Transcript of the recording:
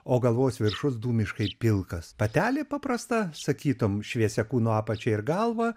o galvos viršus dūmiškai pilkas patelė paprasta sakytum šviesia kūno apačia ir galva